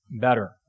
better